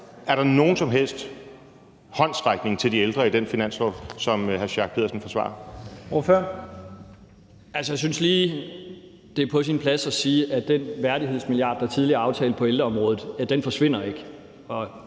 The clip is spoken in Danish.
Er der nogen som helst håndsrækning til dem i det forslag til finanslov, som hr. Torsten Schack Pedersen forsvarer?